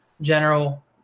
general